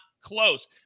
close